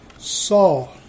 Saul